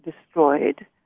destroyed